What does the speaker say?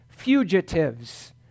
fugitives